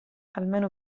almeno